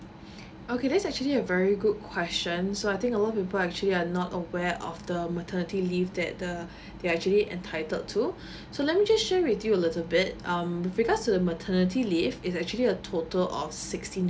okay that's actually a very good question so I think a lot of people actually are not aware of the maternity leave that the they are actually entitled to so let me just share with you a little bit um with regards to the maternity leave is actually a total of sixteen